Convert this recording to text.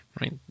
right